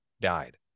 died